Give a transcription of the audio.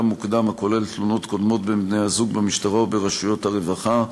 מוקדם הכולל תלונות קודמות בין בני-הזוג במשטרה או ברשויות הרווחה.